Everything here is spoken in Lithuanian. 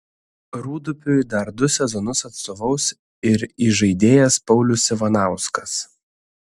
rūdupiui dar du sezonus atstovaus ir įžaidėjas paulius ivanauskas